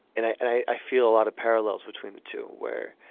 and i feel a lot of parallels between the two where